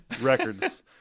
records